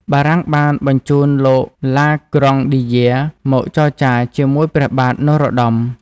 បារាំងបានបញ្ជូនលោក ឡាក្រង់ឌីយែ មកចរចាជាមួយព្រះបាទនរោត្តម ។